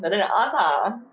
better than us ah